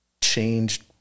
changed